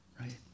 right